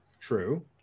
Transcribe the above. True